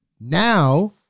Now